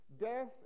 Death